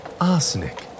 Arsenic